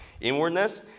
inwardness